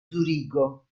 zurigo